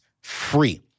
free